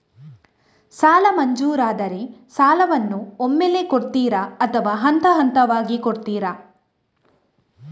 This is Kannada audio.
ಸಾಲ ಮಂಜೂರಾದರೆ ಸಾಲವನ್ನು ಒಮ್ಮೆಲೇ ಕೊಡುತ್ತೀರಾ ಅಥವಾ ಹಂತಹಂತವಾಗಿ ಕೊಡುತ್ತೀರಾ?